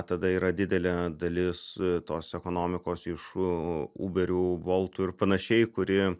tada yra didelė dalis tos ekonomikos iš uberių voltų ir panašiai kuri